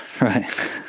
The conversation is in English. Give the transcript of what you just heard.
right